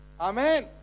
amen